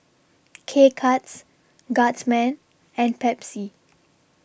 K Cuts Guardsman and Pepsi